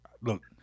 look